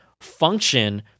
function